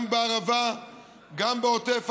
גם בערבה וגם בעוטף הזה,